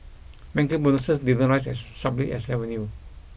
banker bonuses didn't rise as sharply as revenue